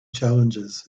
challenges